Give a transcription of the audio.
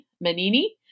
Manini